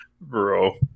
Bro